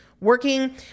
working